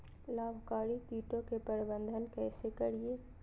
लाभकारी कीटों के प्रबंधन कैसे करीये?